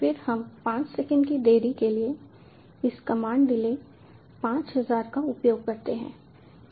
फिर हम 5 सेकंड की देरी के लिए इस कमांड डिले 5000 का उपयोग करते हैं